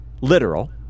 Literal